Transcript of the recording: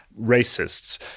racists